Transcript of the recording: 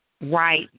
right